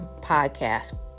podcast